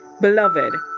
beloved